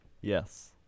Yes